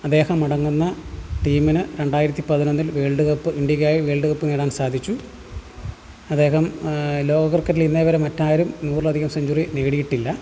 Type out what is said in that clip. അദ്ദേഹമടങ്ങുന്ന ടീമിന് രണ്ടായിരത്തി പതിനൊന്നിൽ വേൾഡ് കപ്പ് ഇന്ത്യക്കായി വേൾഡ് കപ്പ് നേടാൻ സാധിച്ചു അദ്ദേഹം ലോക ക്രിക്കറ്റിൽ ഇന്നേ വരെ മറ്റാരും നൂറിലധികം സെഞ്ച്വറി നേടിയിട്ടില്ല